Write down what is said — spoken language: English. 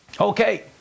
Okay